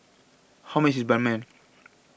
How much IS Ban Mian